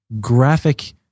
graphic